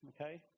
Okay